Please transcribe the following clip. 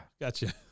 Gotcha